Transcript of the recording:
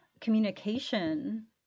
communication